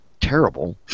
terrible